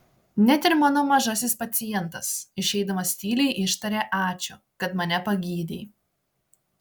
net ir mano mažasis pacientas išeidamas tyliai ištarė ačiū kad mane pagydei